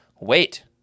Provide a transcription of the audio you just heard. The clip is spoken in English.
wait